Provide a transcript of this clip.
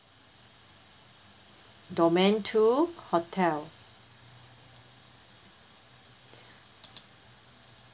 domain two hotel